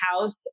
house